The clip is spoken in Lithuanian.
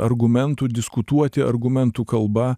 argumentų diskutuoti argumentų kalba